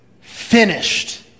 finished